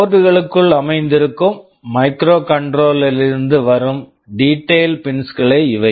board board க்குள் அமர்ந்திருக்கும் microcontroller microcontroller லிருந்து வரும் டீடைல்ட் பின்ஸ் detailed pins களே இவை